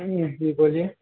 ہاں جی بولیے